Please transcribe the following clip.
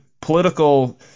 political